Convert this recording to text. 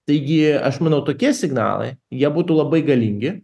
taigi aš manau tokie signalai jie būtų labai galingi